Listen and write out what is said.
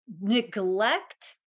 neglect